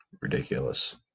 ridiculous